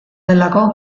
delako